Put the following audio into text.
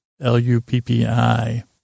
L-U-P-P-I